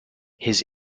his